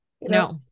No